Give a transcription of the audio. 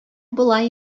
болай